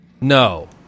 No